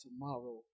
tomorrow